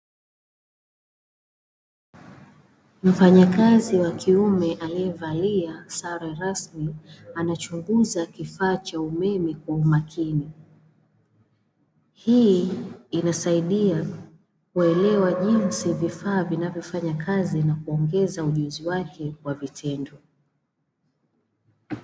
Mfanyakazi wa kiume aliyevalia sare rasmi, anachunguza kifaa cha umeme kwa umakini. Hii inasaidia kuelewa jinsi vifaa vinavyofanya kazi na kuongeza ujuzi wake kwa vitendo.